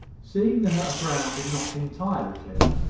seeing that her brow did not entirely clear,